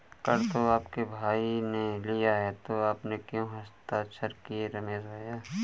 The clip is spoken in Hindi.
कर तो आपके भाई ने लिया है तो आपने क्यों हस्ताक्षर किए रमेश भैया?